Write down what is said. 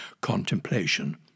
contemplation